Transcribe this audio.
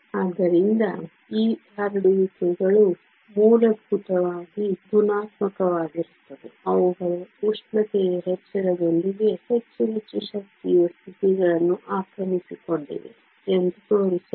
ಆದ್ದರಿಂದ ಈ ಹರಡುವಿಕೆಗಳು ಮೂಲಭೂತವಾಗಿ ಗುಣಾತ್ಮಕವಾಗಿರುತ್ತವೆ ಅವುಗಳು ಉಷ್ಣತೆಯ ಹೆಚ್ಚಳದೊಂದಿಗೆ ಹೆಚ್ಚು ಹೆಚ್ಚು ಶಕ್ತಿಯ ಸ್ಥಿತಿಗಳನ್ನು ಆಕ್ರಮಿಸಿಕೊಂಡಿವೆ ಎಂದು ತೋರಿಸಲು